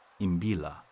Imbila